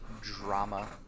drama